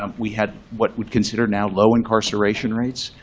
um we had what we'd consider now low incarceration rates,